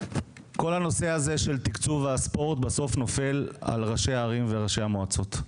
נושא תקצוב הספורט בסוף נופל על ראשי הערים ועל ראשי המועצות.